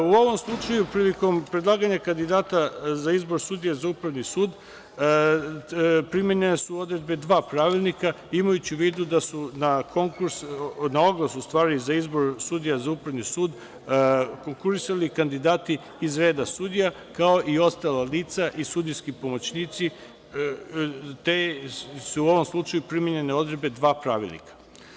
U ovom slučaju, prilikom predlaganja kandidata za izbor sudija za Upravni sud primenjene su odredbe dva pravilnika, imajući u vidu da su na oglas za izbor sudija za Upravni sud konkurisali kandidati iz reda sudija kao i ostala lica i sudijski pomoćnici, te su u ovom slučaju primenjene odredbe dva pravilnika.